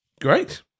great